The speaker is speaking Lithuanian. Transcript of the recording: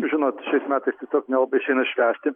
žinot šiais metais tiesiog nelabai išeina švęsti